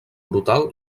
brutal